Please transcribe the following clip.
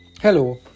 Hello